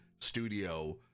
studio